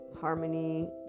harmony